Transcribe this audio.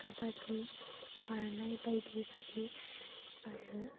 काबाडि बारनाय बायदि बायदि आरो